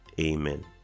amen